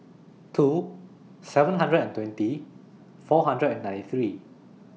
two seven hundred and twenty four hundred and ninety three